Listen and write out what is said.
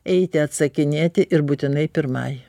eiti atsakinėti ir būtinai pirmai